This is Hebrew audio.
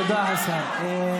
תודה, השר.